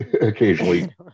occasionally